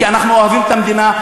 כי אנחנו אוהבים את המדינה,